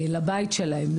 לבית שלהם,